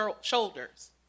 shoulders